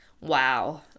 Wow